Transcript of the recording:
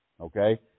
Okay